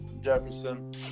Jefferson